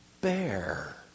bear